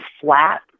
flat